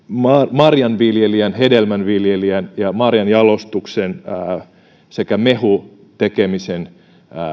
marjanviljelijän hedelmänviljelijän ja marjanjalostuksen sekä mehun tekemisen